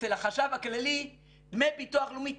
אצל החשב הכללי דמי ביטוח לאומי,